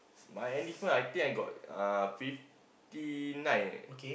my enlistment I think I got uh fifty nine